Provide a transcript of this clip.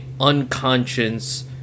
unconscious